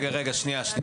רגע, שנייה.